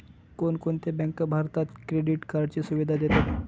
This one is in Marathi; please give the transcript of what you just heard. कोणकोणत्या बँका भारतात क्रेडिट कार्डची सुविधा देतात?